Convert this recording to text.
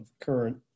current